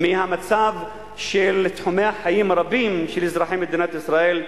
למצב של תחומי החיים הרבים של אזרחי מדינת ישראל,